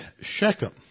Shechem